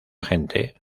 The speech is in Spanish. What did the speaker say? gente